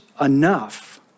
enough